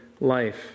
life